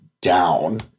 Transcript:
down